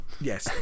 Yes